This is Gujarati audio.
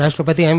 ઉપરાષ્ટ્રપતિ એમ